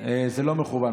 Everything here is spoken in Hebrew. לא מכוון,